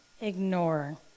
ignore